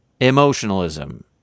Emotionalism